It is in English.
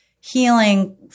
healing